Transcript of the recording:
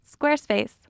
Squarespace